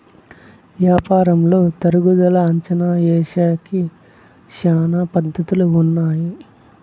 యాపారంలో తరుగుదల అంచనా ఏసేకి శ్యానా పద్ధతులు ఉన్నాయి